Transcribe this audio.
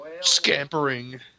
Scampering